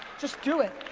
just do it.